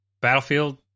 Battlefield